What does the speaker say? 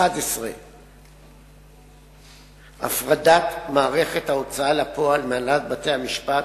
11. הפרדת מערכת ההוצאה לפועל מהנהלת בתי-המשפט,